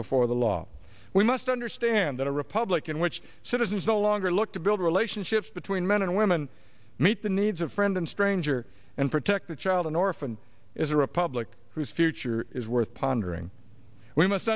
before the law we must understand that a republican which citizens no longer look to build relationships between men and women meet the needs of friend and stranger and protect the child an orphan is a republic whose future is worth pondering w